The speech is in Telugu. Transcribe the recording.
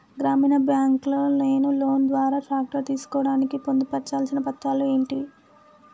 గ్రామీణ బ్యాంక్ లో నేను లోన్ ద్వారా ట్రాక్టర్ తీసుకోవడానికి పొందు పర్చాల్సిన పత్రాలు ఏంటివి?